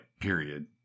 period